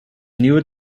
newer